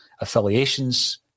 affiliations